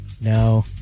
No